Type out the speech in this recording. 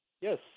Yes